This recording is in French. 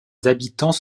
habitants